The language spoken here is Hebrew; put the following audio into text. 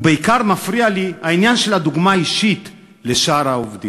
ובעיקר מפריע לי העניין של הדוגמה האישית לשאר העובדים.